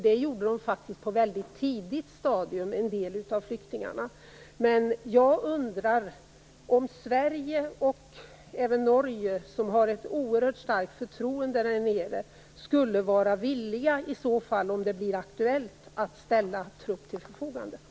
Det gjorde faktiskt en del av flyktingarna på ett tidigt stadium. Jag undrar om Sverige och Norge, som man har ett oerhört starkt förtroende för där nere, skulle vara villiga att ställa trupp till förfogande om det blir aktuellt.